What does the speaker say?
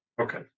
okay